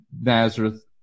Nazareth